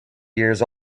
years